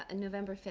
and november five,